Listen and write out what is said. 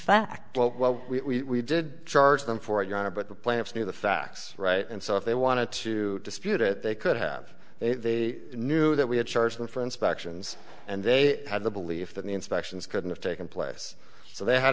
well well we did charge them for your honor but the plaintiffs knew the facts right and so if they wanted to dispute it they could have they knew that we had charged them for inspections and they had the belief that the inspections couldn't have taken place so they had